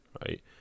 right